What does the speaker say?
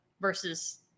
Versus